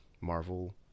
Marvel